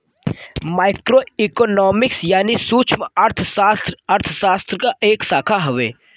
micro economics यानी सूक्ष्मअर्थशास्त्र अर्थशास्त्र क एक शाखा हउवे